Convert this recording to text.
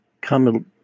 come